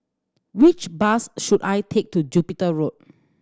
which bus should I take to Jupiter Road